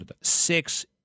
Six